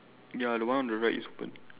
ya the one on the right is open